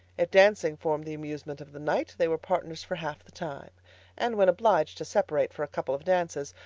if dancing formed the amusement of the night, they were partners for half the time and when obliged to separate for a couple of dances,